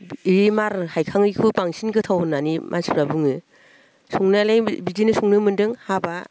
E मार हायखाङैखौ बांसिन गोथाव होननानै मानसिफ्रा बुङो संनायालाय बिदिनो संनो मोन्दों हाबा